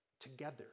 Together